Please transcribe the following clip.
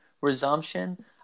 resumption